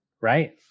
right